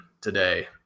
today